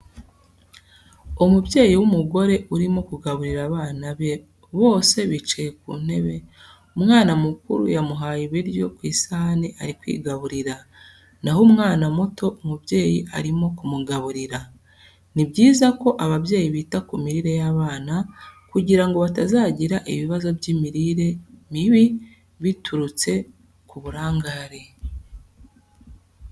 Umubyeyi w'umugore urimo kugaburira abana be, bose bicaye ku ntebe, umwana mukuru yamuhaye ibiryo ku isahane ari kwigaburira, naho umwana muto umubyeyi arimo kumugaburira. Ni byiza ko ababyeyi bita ku mirire y'abana kugira ngo batazagira ibibazo by'imirire mibi biturutse ku burangare.